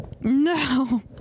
No